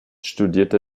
studierte